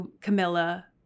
Camilla